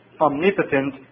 omnipotent